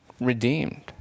redeemed